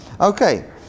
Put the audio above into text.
Okay